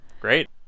Great